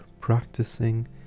practicing